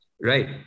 right